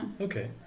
okay